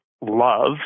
love